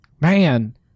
man